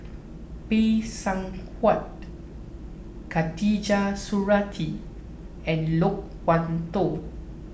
Phay Seng Whatt Khatijah Surattee and Loke Wan Tho